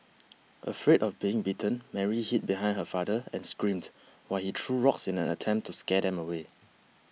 afraid of getting bitten Mary hid behind her father and screamed while he threw rocks in an attempt to scare them away